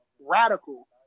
radical